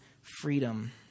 freedom